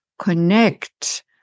connect